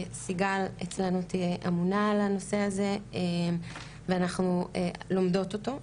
סיגל אצלנו תהיה אמונה על הנושא הזה ואנחנו לומדות אותו,